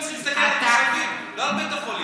הם צריכים להסתכל על התושבים, לא על בית החולים.